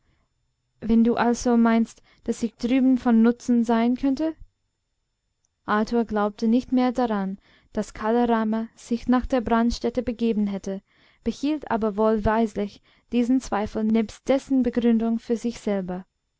wenn du also meinst daß ich drüben von nutzen sein könnte arthur glaubte nicht mehr daran daß kala rama sich nach der brandstätte begeben hätte behielt aber wohlweislich diesen zweifel nebst dessen begründung für sich selber